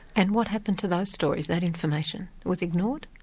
and what happened to those stories, that information? it was ignored?